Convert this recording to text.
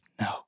no